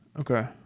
Okay